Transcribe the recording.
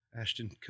Ashton